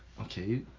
Okay